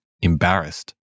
embarrassed